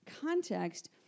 context